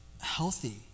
healthy